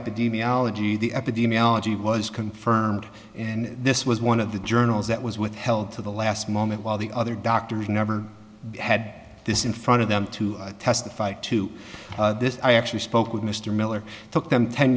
epidemiology the epidemiology was confirmed and this was one of the journals that was withheld to the last moment while the other doctors never had this in front of them to testify to this i actually spoke with mr miller took them ten